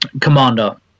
Commander